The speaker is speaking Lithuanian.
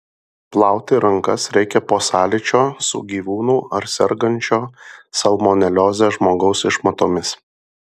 plauti rankas reikia po sąlyčio su gyvūnų ar sergančio salmonelioze žmogaus išmatomis